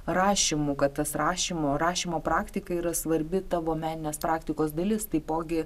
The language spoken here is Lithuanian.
rašymu kad tas rašymo rašymo praktika yra svarbi tavo meninės praktikos dalis taipogi